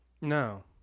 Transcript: No